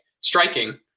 striking